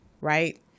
right